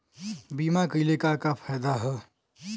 बीमा कइले का का फायदा ह?